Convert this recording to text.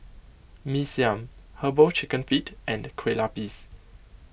Mee Siam Herbal Chicken Feet and Kueh Lupis